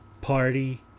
Party